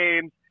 games